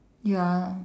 ya